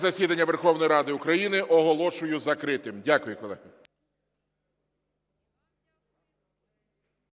засідання Верховної Ради України оголошую закритим. Дякую, колеги.